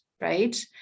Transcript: right